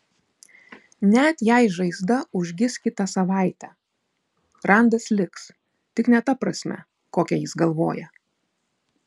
net jei žaizda užgis kitą savaitę randas liks tik ne ta prasme kokia jis galvoja